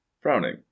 frowning